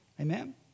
Amen